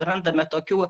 randame tokių